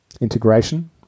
integration